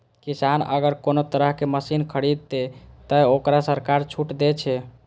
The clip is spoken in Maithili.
किसान अगर कोनो तरह के मशीन खरीद ते तय वोकरा सरकार छूट दे छे?